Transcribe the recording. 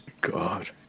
God